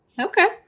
Okay